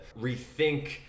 rethink